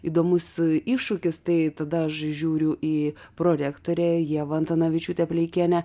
įdomus iššūkis tai tada aš žiūriu į prorektorę ievą antanavičiūtę pleikienę